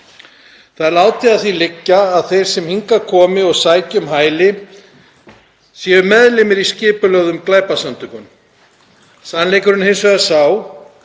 Það er látið að því liggja að þeir sem hingað koma og sækja um hæli séu meðlimir í skipulögðum glæpasamtökum. Sannleikurinn er hins vegar sá